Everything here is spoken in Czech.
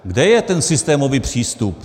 Kde je ten systémový přístup?